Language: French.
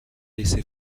laissé